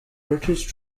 british